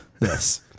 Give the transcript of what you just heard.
yes